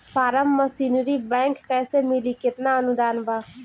Form machinery bank कैसे मिली कितना अनुदान बा?